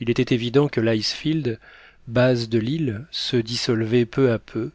il était évident que l'icefield base de l'île se dissolvait peu à peu